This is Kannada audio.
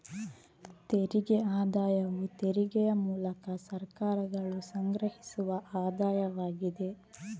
ತೆರಿಗೆ ಆದಾಯವು ತೆರಿಗೆಯ ಮೂಲಕ ಸರ್ಕಾರಗಳು ಸಂಗ್ರಹಿಸುವ ಆದಾಯವಾಗಿದೆ